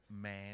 man